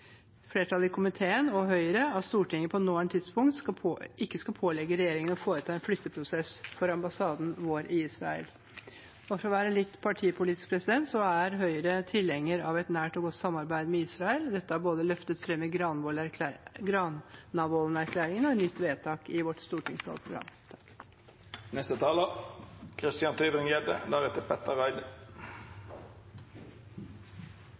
flertallet i komiteen og Høyre at Stortinget på det nåværende tidspunkt ikke skal pålegge regjeringen å foreta en flytteprosess for ambassaden vår i Israel. For å være litt partipolitisk: Høyre er tilhenger av et nært og godt samarbeid med Israel. Dette har vi løftet fram både i Granavolden-plattformen og i nytt vedtak i vårt stortingsvalgprogram.